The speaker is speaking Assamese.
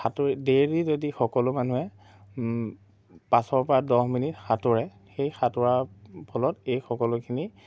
সাঁতোৰে ডেইলি যদি সকলো মানুহে পাঁচৰ পৰা দহ মিনিট সাঁতোৰে সেই সাঁতোৰাৰ ফলত এই সকলোখিনি